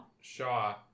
Shaw